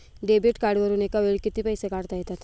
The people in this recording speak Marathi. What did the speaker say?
डेबिट कार्डवरुन एका वेळी किती पैसे काढता येतात?